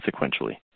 sequentially